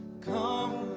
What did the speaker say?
Come